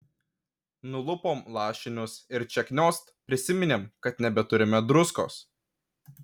nulupom lašinius ir čia kniost prisiminėm kad nebeturime druskos